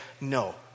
no